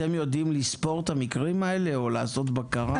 אתם יודעים לספור את המקרים האלה או לעשות בקרה?